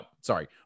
sorry